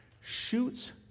shoots